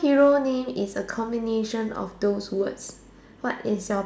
perhero name is the combination of those words what is your